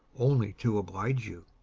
only to oblige you,